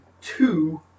two